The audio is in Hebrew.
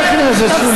חברת הכנסת שולי מועלם.